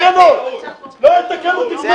תרד ממני, לא יוצא